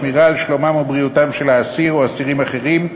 שמירה על שלומם או בריאותם של האסיר או אסירים אחרים,